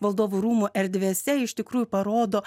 valdovų rūmų erdvėse iš tikrųjų parodo